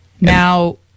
Now